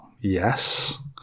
Yes